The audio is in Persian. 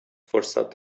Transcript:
فرصت